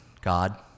God